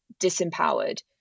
disempowered